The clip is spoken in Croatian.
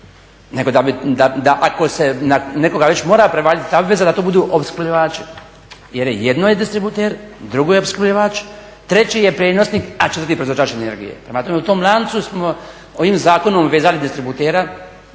nego da ako se na nekoga već mora prevaliti ta obveza da to budu opskrbljivači. Jer jedno je distributer, drugo je opskrbljivač, treći je prijenosnik a četvrti proizvođač energije. Prema tome, u tom lancu smo ovim zakonom obvezali distributera